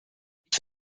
ich